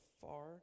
far